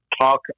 talk